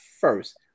first